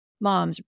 moms